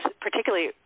particularly